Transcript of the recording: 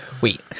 wait